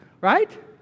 right